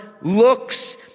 looks